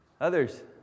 Others